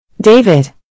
David